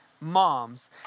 moms